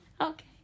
Okay